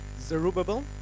Zerubbabel